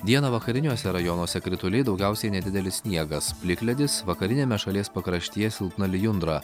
dieną vakariniuose rajonuose krituliai daugiausiai nedidelis sniegas plikledis vakariniame šalies pakraštyje silpna lijundra